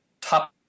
top